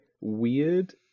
weird